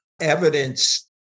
evidence